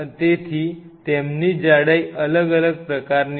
તેથી તેમની જાડાઈ અલગ અલગ પ્રકારની છે